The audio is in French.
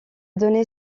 donné